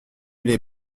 les